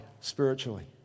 spiritually